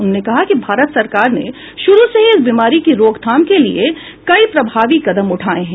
उन्होंने कहा कि भारत सरकार ने शुरू से ही इस बीमारी की रोकथाम के लिए कई प्रभावी कदम उठाए हैं